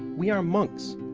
we are monks.